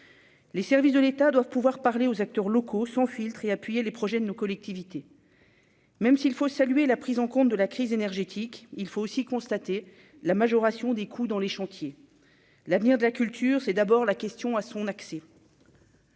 les services de l'État doivent pouvoir parler aux acteurs locaux sont filtrés appuyer les projets de nos collectivités, même s'il faut saluer la prise en compte de la crise énergétique, il faut aussi constater la majoration des coûts dans les chantiers, l'avenir de la culture, c'est d'abord la question à son accès.